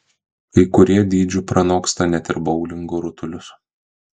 kai kurie dydžiu pranoksta net ir boulingo rutulius